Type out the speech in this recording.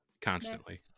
constantly